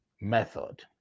method